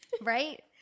Right